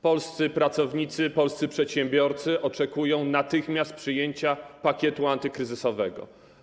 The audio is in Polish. Polscy pracownicy, polscy przedsiębiorcy oczekują natychmiastowego przyjęcia pakietu antykryzysowego.